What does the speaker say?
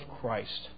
Christ